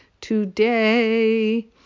today